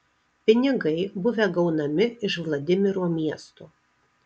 pinigai buvę gaunami iš vladimiro miesto